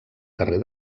carrer